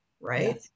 right